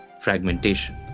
fragmentation